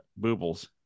boobles